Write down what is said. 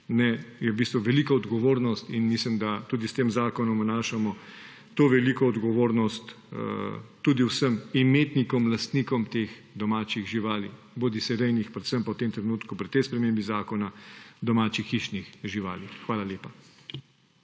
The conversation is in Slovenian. živali v bistvu velika odgovornost. In mislim, da tudi s tem zakonom vnašamo to veliko odgovornost tudi vsem imetnikom, lastnikom teh domačih živali, bodisi rejnih, predvsem pa v tem trenutku pri tej spremembi zakona domačih hišnih živali. Hvala lepa.